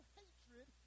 hatred